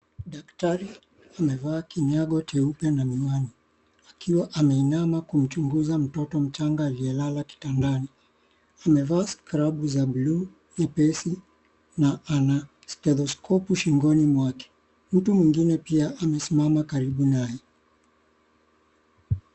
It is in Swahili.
Daktari amevaa kinyago cheupe na miwani. Akiwa ameinama kumchunguza mtoto mchanga aliye lala kitandani. Amevaa glavu za(cs) bluu(cs) nyepesi na(cs) stetheskopu (cs)shingoni mwake. Mtu mwingine pia amesimama karibu naye.